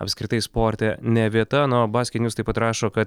apskritai sporte ne vieta na o basketnwes taip pat rašo kad